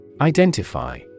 Identify